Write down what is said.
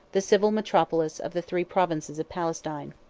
the civil metropolis of the three provinces of palestine.